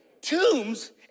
Tombs